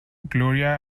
gloria